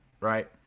Right